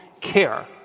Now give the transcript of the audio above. care